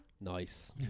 Nice